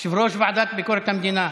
לרבות יושב-ראש הוועדה לביקורת המדינה.